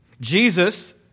Jesus